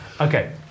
Okay